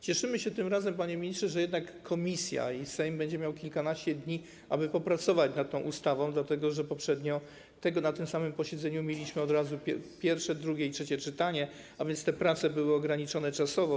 Cieszymy się tym razem, panie ministrze, że jednak komisja i Sejm będą mieli kilkanaście dni, aby popracować nad tą ustawą, dlatego że poprzednio na tym samym posiedzeniu mieliśmy od razu pierwsze, drugie i trzecie czytanie, a więc te prace były ograniczone czasowo.